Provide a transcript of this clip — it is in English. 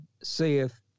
saith